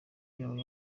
yaba